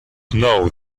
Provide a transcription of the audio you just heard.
know